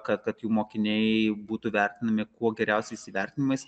kad jų mokiniai būtų vertinami kuo geriausiais įvertinimais